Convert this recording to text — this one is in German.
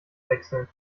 wechseln